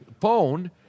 phone